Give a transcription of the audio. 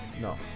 No